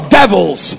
devils